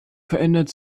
verändert